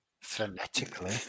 Phonetically